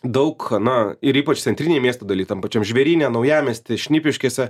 daug na ir ypač centrinėj miesto daly tam pačiam žvėryne naujamiesty šnipiškėse